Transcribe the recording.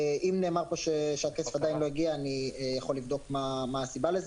אם נאמר פה שהכסף עדין לא הגיע אני יכול לבדוק מה הסיבה לזה